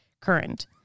current